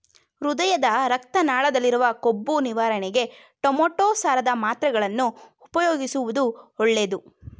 ಹೃದಯದ ರಕ್ತ ನಾಳದಲ್ಲಿರುವ ಕೊಬ್ಬು ನಿವಾರಣೆಗೆ ಟೊಮೆಟೋ ಸಾರದ ಮಾತ್ರೆಗಳನ್ನು ಉಪಯೋಗಿಸುವುದು ಒಳ್ಳೆದು